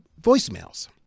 voicemails